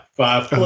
Five